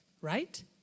right